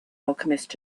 alchemist